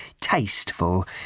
tasteful